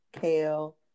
kale